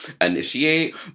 initiate